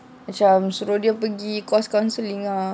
macam suruh dia pergi course counselling ah